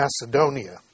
Macedonia